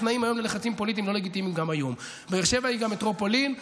באר שבע לא